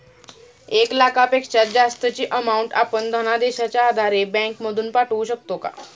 एक लाखापेक्षा जास्तची अमाउंट आपण धनादेशच्या आधारे बँक मधून पाठवू शकतो का?